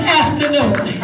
afternoon